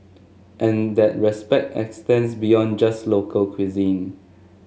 and that respect extends beyond just local cuisine